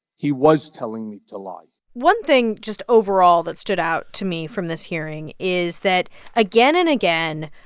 he was telling me to lie one thing just overall that stood out to me from this hearing is that again and again,